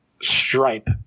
stripe